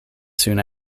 soon